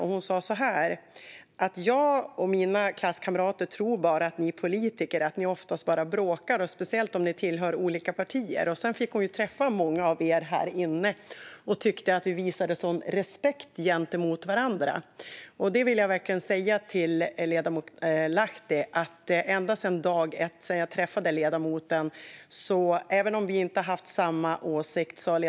Hon sa: Jag och mina klasskamrater tror att ni politiker oftast bara bråkar, och speciellt om ni tillhör olika partier. Sedan fick hon träffa många av er här inne, och hon tyckte att vi visade sådan respekt gentemot varandra. Och jag vill verkligen säga till ledamoten Lahti att han alltid, ända sedan den första dagen jag träffade honom, har visat respekt även om vi inte har haft samma åsikt.